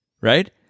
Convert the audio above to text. right